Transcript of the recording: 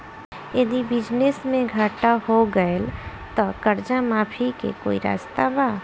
यदि बिजनेस मे घाटा हो गएल त कर्जा माफी के कोई रास्ता बा?